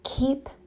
Keep